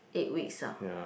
eight weeks ah